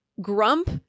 Grump